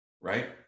right